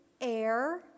air